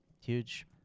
Huge